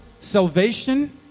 salvation